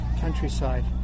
countryside